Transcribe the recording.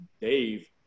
Dave